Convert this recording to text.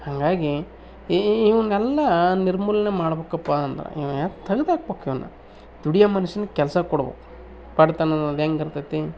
ಹಂಗಾಗಿ ಈ ಇವನೆಲ್ಲ ನಿರ್ಮೂಲನೆ ಮಾಡ್ಬೇಕಪ್ಪ ಅಂದ್ರೆ ಇವು ಯಾರು ತೆಗೆದು ಹಾಕ್ಬೇಕು ಇವನ್ನ ದುಡಿಯೋ ಮನ್ಷನಿಗೆ ಕೆಲ್ಸ ಕೊಡ್ಬೇಕು ಬಡತನ ಅನ್ನೋದು ಹೆಂಗ ಇರ್ತೈತಿ